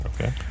Okay